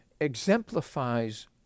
exemplifies